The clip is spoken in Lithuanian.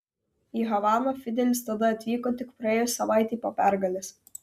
į havaną fidelis tada atvyko tik praėjus savaitei po pergalės